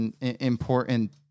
important